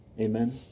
Amen